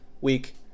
week